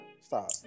Stop